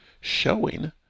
showing